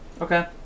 Okay